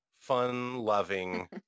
fun-loving